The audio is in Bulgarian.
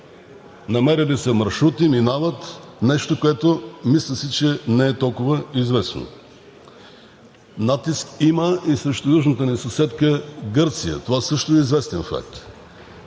Намерили са маршрути, минават – нещо, което, мисля си, че не е толкова известно. Натиск има и срещу южната ни съседка Гърция. Това също е известен факт.